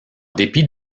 dépit